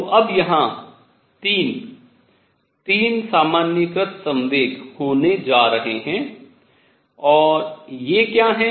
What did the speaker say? तो अब यहाँ 3 3 सामान्यीकृत संवेग होने जा रहे हैं और ये क्या हैं